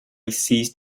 ceased